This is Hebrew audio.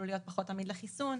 עלול להיות פחות עמיד לחיסון.